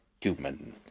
human